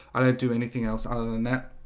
i don't do anything else. other than that